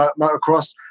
motocross